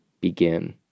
Begin